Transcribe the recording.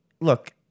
look